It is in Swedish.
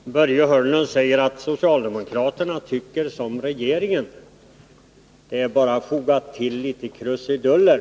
Herr talman! Börje Hörnlund säger att socialdemokraterna tycker som regeringen — man bara tillfogar litet ”krusiduller”.